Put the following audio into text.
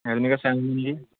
সেইজনীকে চাই আহোঁ বুলি